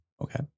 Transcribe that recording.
okay